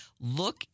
look